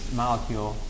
molecule